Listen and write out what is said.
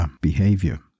behavior